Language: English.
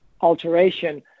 alteration